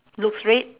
looks red